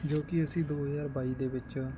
ਜੋ ਕਿ ਅਸੀਂ ਦੋ ਹਜ਼ਾਰ ਬਾਈ ਦੇ ਵਿੱਚ